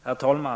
Herr talman!